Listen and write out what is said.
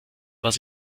was